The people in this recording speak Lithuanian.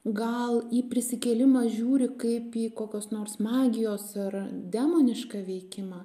gal į prisikėlimą žiūri kaip į kokios nors magijos ar demonišką veikimą